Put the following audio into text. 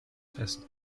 fest